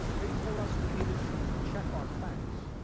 they told us we needed to check our fax.